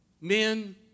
Men